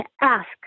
ask